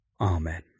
Amen